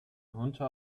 unter